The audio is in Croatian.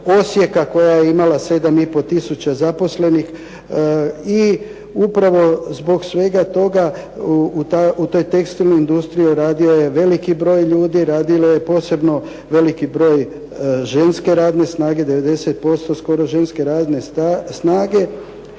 koja je imala 7 i pol tisuća zaposlenih i upravo zbog svega toga u toj tekstilnoj industriji radio je veliki broj ljudi, radilo je posebno veliki broj ženske radne snage, 90% skoro ženske radne snage